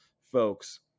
folks